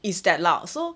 is that loud so